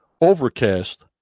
Overcast